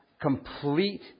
complete